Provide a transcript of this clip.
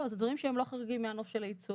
זה דברים שהם לא חריגים מנוף הייצוג.